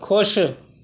ਖੁਸ਼